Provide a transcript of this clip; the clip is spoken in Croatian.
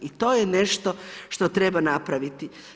I to je nešto što treba napraviti.